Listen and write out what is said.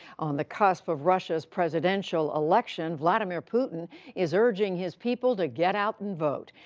on the cusp of russia's presidential election, vladimir putin is urging his people to get out and vote.